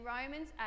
Romans